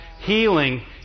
Healing